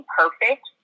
perfect